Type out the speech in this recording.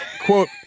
Quote